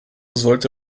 sollte